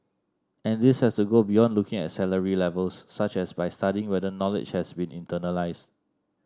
and this has to go beyond looking at salary levels such as by studying whether knowledge has been internalised